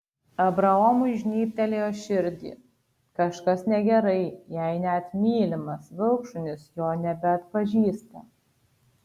abraomui žnybtelėjo širdį kažkas negerai jei net mylimas vilkšunis jo nebeatpažįsta